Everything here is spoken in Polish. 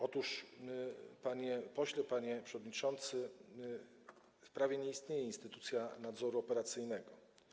Otóż, panie pośle, panie przewodniczący, w prawie nie istnieje instytucja nadzoru operacyjnego.